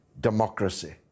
democracy